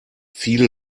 viele